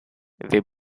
they